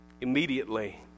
Immediately